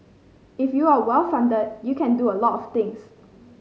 if you are well funded you can do a lot of things